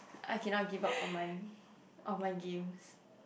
I cannot give up on my online games